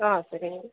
ஆ சரிங்க